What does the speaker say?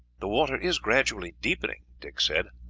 the water is gradually deepening, dick said,